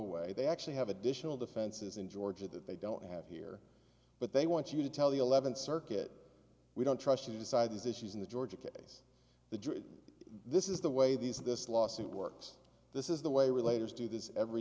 away they actually have additional defenses in georgia that they don't have here but they want you to tell the eleventh circuit we don't trust you to decide these issues in the georgia case the this is the way these this lawsuit works this is the way related to do this every